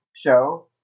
show